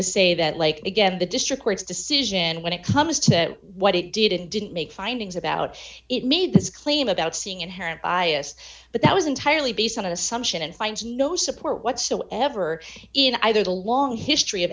to say that like again the district court's decision when it comes to what it did it didn't make findings about it made this claim about seeing inherent bias but that was entirely based on an assumption and finds no support whatsoever in either the long history of